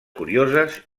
curioses